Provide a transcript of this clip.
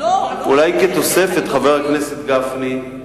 אולי כתוספת, חבר הכנסת גפני,